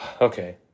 okay